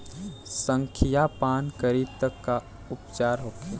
संखिया पान करी त का उपचार होखे?